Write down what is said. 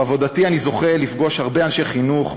בעבודתי אני זוכה לפגוש הרבה אנשי חינוך,